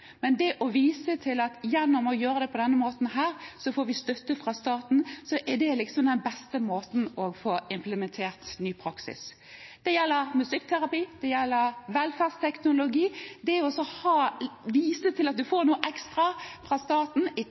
men det å kunne vise til at gjennom å gjøre det på denne måten, får vi støtte fra staten – er den beste måten å få implementert ny praksis på. Det gjelder musikkterapi, det gjelder velferdsteknologi – det å vise til at du får noe ekstra fra staten,